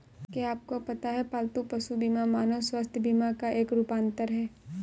क्या आपको पता है पालतू पशु बीमा मानव स्वास्थ्य बीमा का एक रूपांतर है?